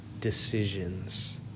decisions